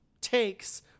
takes